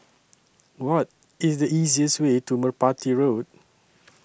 What IS The easiest Way to Merpati Road